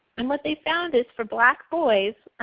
and what they found is for black boys,